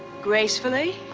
gracefully.